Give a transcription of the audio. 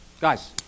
guys